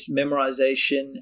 memorization